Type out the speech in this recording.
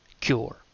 cure